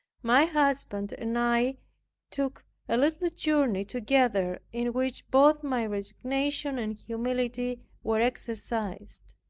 my husband and i took a little journey together, in which both my resignation and humility were exercised,